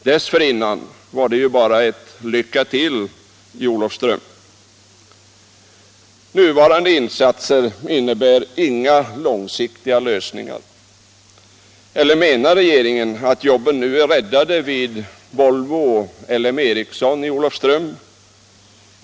Dessförinnan var det ju bara ett ”Lycka till!” i Olofström. Nuvarande insatser innebär inga långsiktiga lösningar. Eller menar regeringen att jobben nu är räddade vid Volvo och LM Ericsson i Olofström?